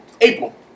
April